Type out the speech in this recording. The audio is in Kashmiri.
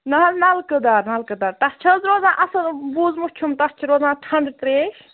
نہَ حظ نلکہٕ دار نلکہٕ دار تَتھ چھَ حظ روزان اَصٕل بوٗزمُت چھُم تَتھ چھُ روزان ٹھنٛڈٕ ترٛیش